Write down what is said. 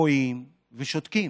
רואים ושותקים.